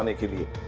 and kidnapped.